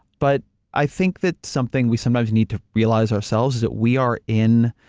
but i think that something we sometimes need to realize ourselves is that we are in.